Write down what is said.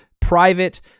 private